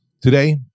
Today